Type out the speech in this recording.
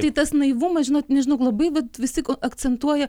tai tas naivumas žinot nežinau labai vat visi akcentuoja